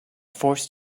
forced